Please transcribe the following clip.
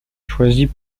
choisit